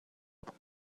بود